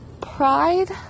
pride